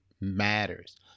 matters